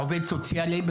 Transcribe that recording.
עובד סוציאלי.